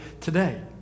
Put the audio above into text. today